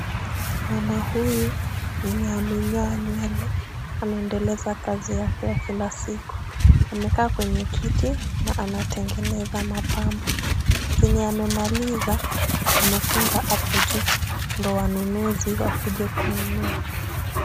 Mama huyu mwenye amenyoa nywele anaendeleza kazi yake ya kila siku. Amekaa kwenye kiti na anatengeneza mapambo. Zenye amemaliza amefunga hapo juu ndio wanunuzi wakuje kununua.